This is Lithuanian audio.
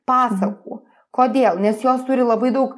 pasakų kodėl nes jos turi labai daug